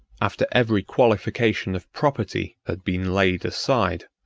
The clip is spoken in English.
after every qualification of property had been laid aside,